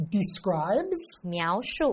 Describes